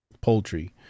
poultry